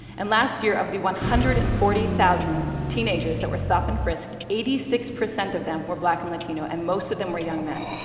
and last year, of the one hundred and forty thousand teenagers that were stopped and frisked, eighty six percent of them were black and latino, and most of them were young men.